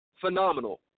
Phenomenal